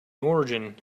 origin